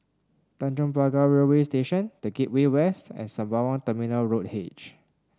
Tanjong Pagar Railway Station The Gateway West and Sembawang Terminal Road H